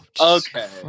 Okay